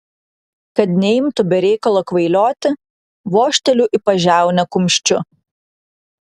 kad neimtų be reikalo kvailioti vožteliu į pažiaunę kumščiu